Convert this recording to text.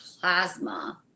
plasma